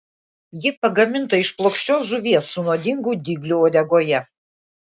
ji pagaminta iš plokščios žuvies su nuodingu dygliu uodegoje